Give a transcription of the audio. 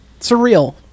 surreal